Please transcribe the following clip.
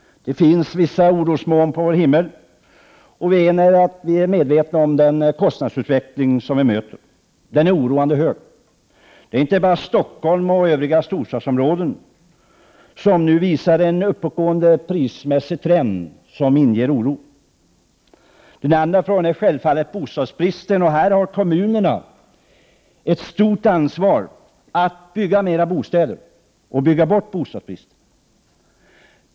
Det finns vissa orosmoln på vår himmel. Vi är medvetna om att kostnadsutvecklingen är oroande hög. Det är inte bara Stockholm och övriga storstadsområden som nu visar en uppåtgående prismässig trend som inger oro. En annan viktig fråga är självfallet bostadsbristen. Här har kommunerna ett stort ansvar att bygga flera bostäder och att bygga bort bostadsbristen.